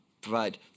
provide